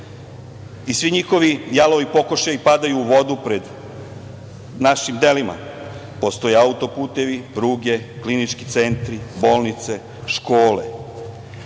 i svi njihovi jalovi pokušaji padaju u vodu pred našim delima. Postoje auto-putevi, pruge, klinički centri, bolnice,